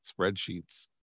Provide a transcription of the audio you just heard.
spreadsheets